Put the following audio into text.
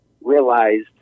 realized